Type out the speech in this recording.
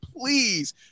please